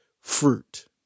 fruit